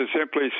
simply